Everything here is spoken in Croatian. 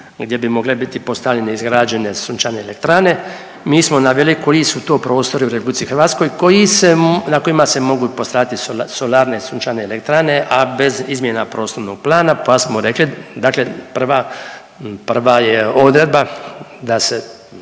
gdje bi mogle biti postavljene i izgrađene sunčane elektrane. Mi smo naveli koji su to prostori u RH koji se, na kojima se mogu postavljati solarne sunčane elektrane, a bez izmjena prostornog plana, pa smo rekli dakle prva, prva je odredba da se,